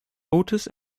otis